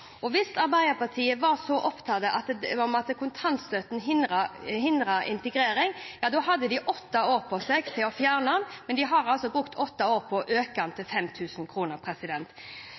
Hvis Arbeiderpartiet var så opptatt av at kontantstøtten hindrer integrering, hadde de åtte år på seg til å fjerne den, men de har altså brukt åtte år på å øke den til 5 000 kr. Så ble jeg utfordret på en del ting her. Jeg har lyst til